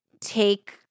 take